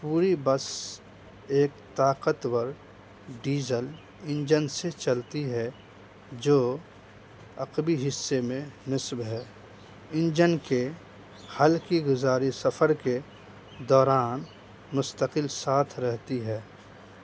پوری بس ایک طاقت ور ڈیزل انجن سے چلتی ہے جو عقبی حصے میں نصب ہے انجن کے ہلکی گزاری سفر کے دوران مستقل ساتھ رہتی ہے